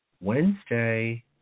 Wednesday